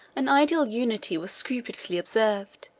an ideal unity was scrupulously observed,